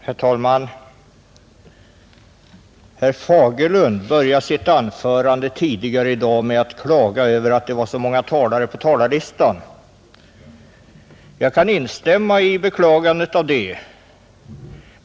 Herr talman! Herr Fagerlund började sitt anförande tidigare i dag med att klaga över att det var så många talare på talarlistan, Jag kan instämma i beklagandet av detta.